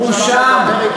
ראש הממשלה מדבר כפרטנר.